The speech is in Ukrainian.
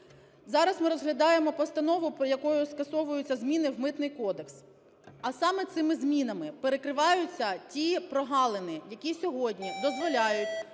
Зараз ми розглядаємо постанову, якою скасовуються зміни в Митний кодекс, а саме цими змінами перекриваються ті прогалини, які сьогодні дозволяють